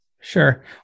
Sure